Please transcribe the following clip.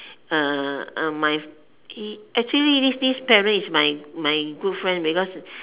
uh uh my actually this this parent is my my good friend because